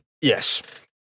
Yes